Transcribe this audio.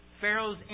pharaoh's